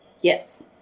Yes